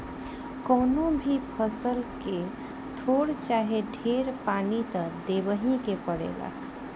कवनो भी फसल के थोर चाहे ढेर पानी त देबही के पड़ेला